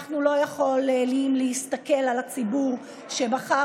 אנחנו לא יכולים להסתכל לציבור שבחר